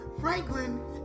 Franklin